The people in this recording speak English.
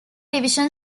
division